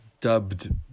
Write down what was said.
dubbed